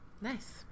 Nice